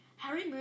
Harry